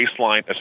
baseline